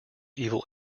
evil